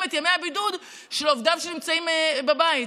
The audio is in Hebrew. את ימי הבידוד של עובדיו שנמצאים בבית.